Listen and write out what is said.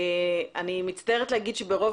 אני מצטערת להגיד שאני פה לבד ברוב